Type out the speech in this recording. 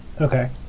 okay